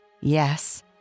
yes